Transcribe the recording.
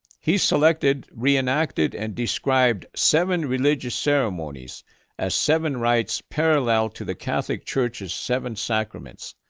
he selected, reenacted, and described seven religious ceremonies as seven rites parallel to the catholic church's seven sacraments,